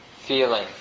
feeling